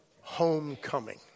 homecoming